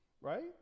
right